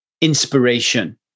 inspiration